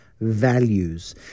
values